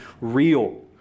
real